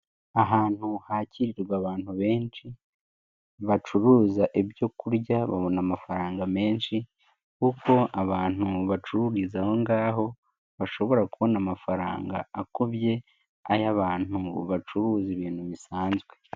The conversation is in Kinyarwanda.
Ahantu hakirirwa abantu benshi, bacuruza ibyo kurya, babona amafaranga menshi kuko abantu bacururiza aho ngaho, bashobora kubona amafaranga akubye, ay'abantu bacuruza ibintu bisanzwe.